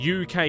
UK